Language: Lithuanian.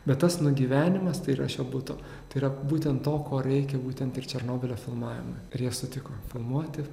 bet tas nugyvenimas tai yra šio buto tai yra būtent to ko reikia būtent ir černobylio filmavimui ir jie sutiko filmuoti